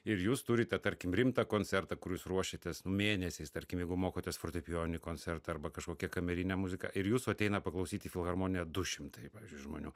ir jūs turite tarkim rimtą koncertą kur jūs ruošiatės mėnesiais tarkim jeigu mokotės fortepijoninį koncertą arba kažkokią kamerinę muziką ir jūsų ateina paklausyt į filharmoniją du šimtai žmonių